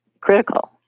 critical